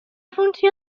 funció